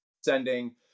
sending